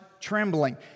trembling